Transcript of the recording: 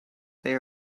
they